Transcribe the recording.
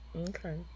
Okay